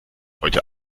heute